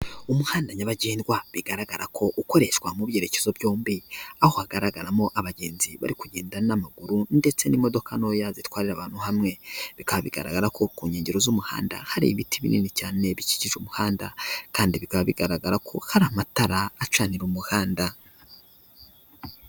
Umuhanda nyabagendwa bigaragara ko ukoreshwa mu byerekezo byombi aho hagaragaramo abagenzi bari kugenda n'amaguru ndetse n'imodoka ntoya zitwarira abantu hamwe, bikaba bigaragara ko ku nkengero z'umuhanda hari ibiti binini cyane bikikije umuhanda kandi bikaba bigaragara ko hari amatara acanira umuhanda.